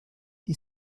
die